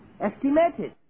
estimated